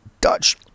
dutch